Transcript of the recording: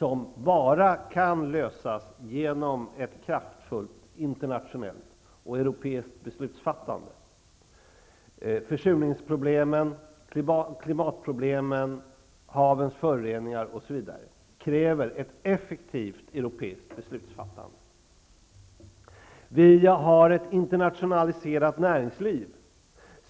kan bara lösas genom ett kraftfullt internationellt, och därmed europeiskt, beslutsfattande. Försurningsproblemen, klimatproblemen, havsföroreningarna osv. kräver ett effektivt europeiskt beslutsfattande. Vi har ett internationaliserat näringsliv.